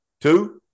Two